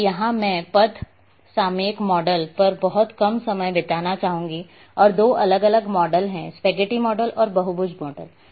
अब यहाँ मैं पथ सामयिक मॉडल पर बहुत कम समय बिताना चाहूंगा और दो अलग अलग मॉडल हैं स्पेगेटी मॉडल और बहुभुज मॉडल